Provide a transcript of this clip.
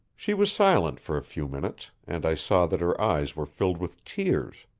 she was silent for a few minutes, and i saw that her eyes were filled with tears.